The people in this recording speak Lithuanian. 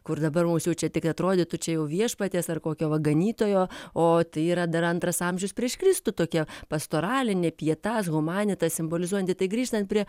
kur dabar mums jau čia tik atrodytų čia jau viešpaties ar kokio va ganytojo o tai yra dar antras amžius prieš kristų tokia pastoralinė pietas humanitas simbolizuojanti tai grįžtant prie